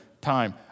time